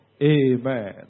Amen